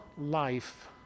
life